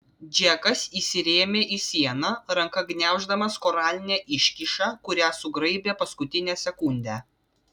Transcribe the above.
džekas įsirėmė į sieną ranka gniauždamas koralinę iškyšą kurią sugraibė paskutinę sekundę